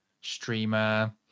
streamer